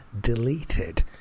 deleted